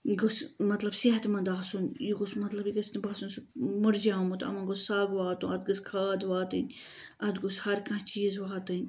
یہِ گوٚژھ مطلب صیحت مَند آسُن یہِ گوٚژھ مطلب یہِ گَژِھِ نہٕ باسُن سُہ مُرجومُت یِمَن گوٚژھ سَگ واتُن اَتھ گٔژھ کھاد واتٕنۍ اَتھ گوٚژھ ہرکانہہ چیٖز واتٕنۍ